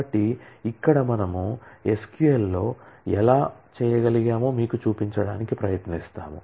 కాబట్టి ఇక్కడ మనము SQL లో ఎలా చేయగలమో మీకు చూపించడానికి ప్రయత్నిస్తాము